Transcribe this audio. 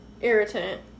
irritant